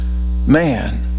man